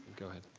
go ahead.